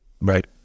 Right